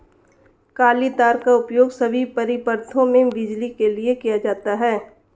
काली तार का उपयोग सभी परिपथों में बिजली के लिए किया जाता है